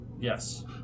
Yes